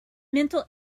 mental